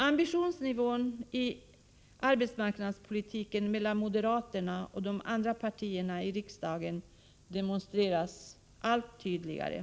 Ambitionsnivån i fråga om arbetsmarknadspolitiken — det framgår av en jämförelse mellan moderaternas och de andra riksdagspartiernas program — demonstreras allt tydligare.